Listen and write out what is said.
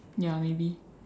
ya maybe